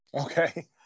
Okay